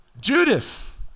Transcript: Judas